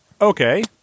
Okay